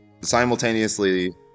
simultaneously